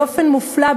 באופן מופלא,